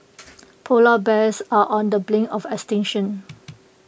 Polar Bears are on the brink of extinction